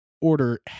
order